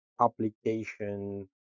application